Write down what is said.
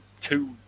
two